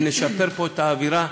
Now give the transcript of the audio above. ונשפר פה את האווירה.